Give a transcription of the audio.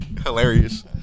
Hilarious